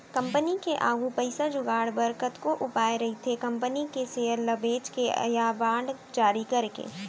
company के आघू पइसा जुगाड़ बर कतको उपाय रहिथे कंपनी के सेयर ल बेंच के या बांड जारी करके